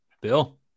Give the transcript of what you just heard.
Bill